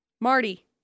Marty